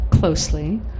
closely